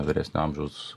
vyresnio amžiaus